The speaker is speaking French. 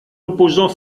opposant